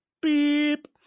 beep